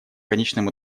конечном